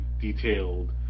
detailed